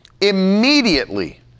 immediately